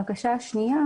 בקשה שנייה